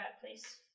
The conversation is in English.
please